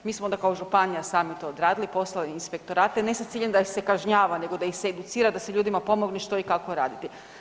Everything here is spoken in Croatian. Mi smo onda kao županija sami to odradili, poslali inspektorate ne sa ciljem da ih se kažnjava, nego da ih se educira da se ljudima pomogne što i kako raditi.